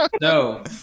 No